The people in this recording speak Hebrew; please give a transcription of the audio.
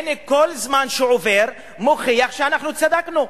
הנה, כל זמן שעובר מוכיח שאנחנו צדקנו.